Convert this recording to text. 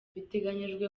biteganyijwe